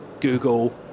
Google